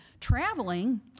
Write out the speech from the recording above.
traveling